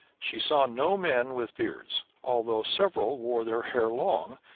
she saw no men with beards, although several wore their hair long,